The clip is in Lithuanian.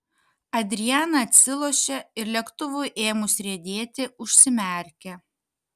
adriana atsilošė ir lėktuvui ėmus riedėti užsimerkė